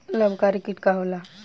लाभकारी कीट का होला?